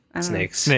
snakes